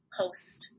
host